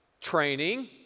training